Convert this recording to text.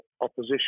opposition